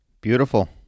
Beautiful